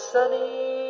Sunny